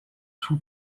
two